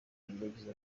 yagize